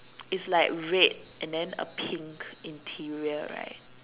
is like red and then a pink interior right